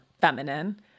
feminine